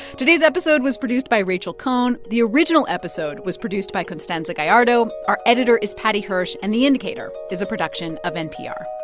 today's episode was produced by rachel cohn. the original episode was produced constanza gallardo. our editor is paddy hirsch. and the indicator is a production of npr